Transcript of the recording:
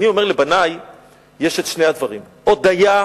אני אומר לבני ששני הדברים ישנם: הודיה,